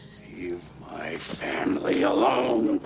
leave my family alone!